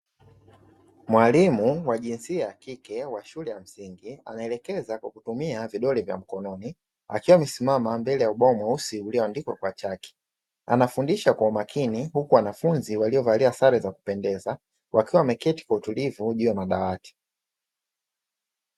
Mwalimu wa jinsia ya kike wa shule ya msingi, anaelekeza kwa kutumia vidole vya mkononi, akiwa amesimama mbele ya ubao mweusi uliyoandikwa kwa chaki, anafundisha kwa umakini huku wanafunzi waliyovalia sare za kupendeza, wakiwa wameketi kwa utulivu juu ya madawati.